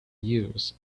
use